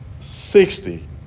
sixty